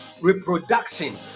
reproduction